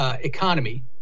economy